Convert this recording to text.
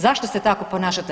Zašto se tako ponašate?